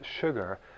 sugar